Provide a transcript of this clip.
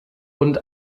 rund